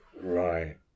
Right